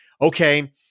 okay